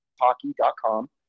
hockey.com